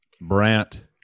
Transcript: Brant